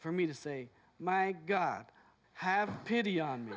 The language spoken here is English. for me to say my god have pity on